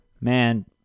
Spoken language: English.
man